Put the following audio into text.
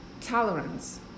tolerance